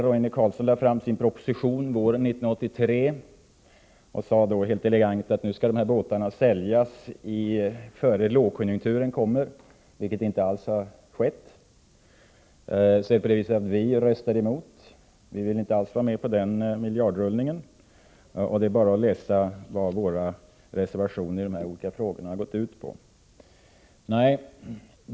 Roine Carlsson lade fram sin proposition våren 1983 och sade helt elegant att dessa båtar skulle säljas innan lågkonjunkturen kom. Detta har inte alls skett. Vi röstade mot det förslaget, därför att vi inte ville vara med om en 109 sådan miljardrullning. Det är bara att läsa vad våra reservationer i dessa olika frågor har gått ut på.